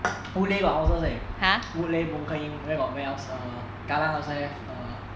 woodleigh got houses leh woodleigh boon keng where got where else err kallang also have err